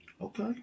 Okay